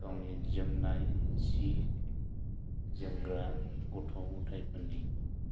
गावनि जोमनाय जि जोमग्रा गथ' गथाइफोरनि